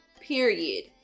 period